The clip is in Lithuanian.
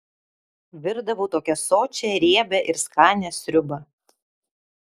virdavau tokią sočią riebią ir skanią sriubą